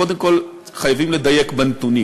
קודם כול חייבים לדייק בנתונים.